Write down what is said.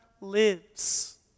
lives